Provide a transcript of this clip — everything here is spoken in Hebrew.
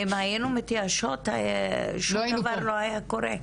אם היינו מתייאשות, שום דבר לא היה קורה.